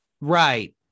right